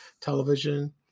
television